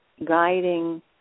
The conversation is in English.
guiding